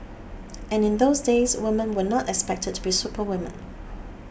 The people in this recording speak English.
and in those days women were not expected to be superwomen